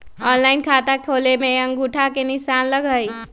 Online खाता खोले में अंगूठा के निशान लगहई?